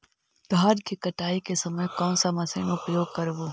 धान की कटाई के समय कोन सा मशीन उपयोग करबू?